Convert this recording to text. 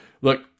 Look